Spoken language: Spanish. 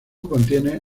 contiene